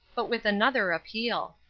but with another appeal.